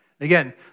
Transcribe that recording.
Again